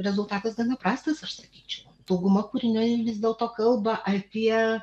rezultatas gana prastas aš sakyčiau dauguma kūrinių vis dėlto kalba apie